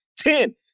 ten